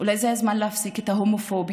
אולי זה הזמן להפסיק את ההומופוביה